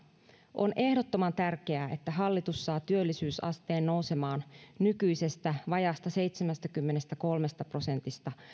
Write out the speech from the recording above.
on ehdottoman tärkeää että hallitus saa työllisyysasteen nousemaan nykyisestä vajaasta seitsemästäkymmenestäkolmesta prosentista